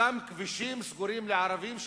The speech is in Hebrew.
אותם כבישים סגורים לערבים,